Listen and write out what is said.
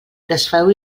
desfeu